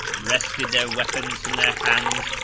wrested their weapons from their hands,